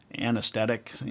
anesthetic